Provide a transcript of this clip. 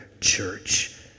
church